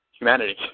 humanity